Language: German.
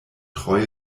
treue